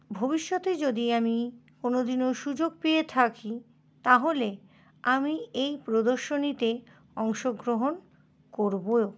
ভবিষ্যতে যদি আমি কোনো দিনও সুযোগ পেয়ে থাকি তাহলে আমি এই প্রদর্শনীতে অংশগ্রহণ করবো